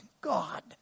God